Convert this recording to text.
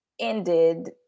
ended